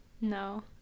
No